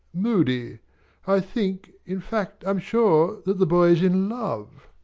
moody i think, in fact i'm sure that the boy is in love.